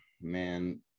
Man